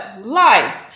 Life